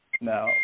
now